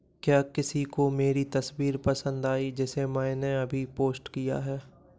क्या किसी को मेरी तस्वीर पसंद आई जिसे मैंने अभी पोष्ट किया है